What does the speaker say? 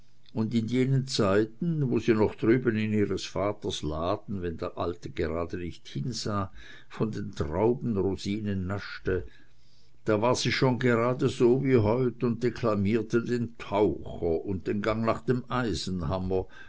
und in jenen zeiten wo sie noch drüben in ihres vaters laden wenn der alte gerade nicht hinsah von den traubenrosinen naschte da war sie schon geradeso wie heut und deklamierte den taucher und den gang nach dem